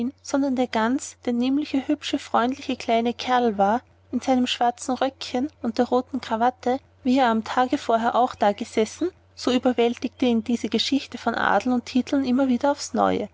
sondern der ganz der nämliche hübsche fröhliche kleine kerl war in seinem schwarzen röckchen mit der roten krawatte wie er am tage vorher auch da gesessen so überwältigte ihn diese geschichte von adel und titeln immer wieder aufs neue